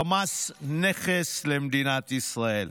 החמאס, נכס למדינת ישראל.